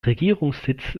regierungssitz